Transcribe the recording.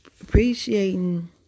appreciating